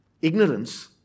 Ignorance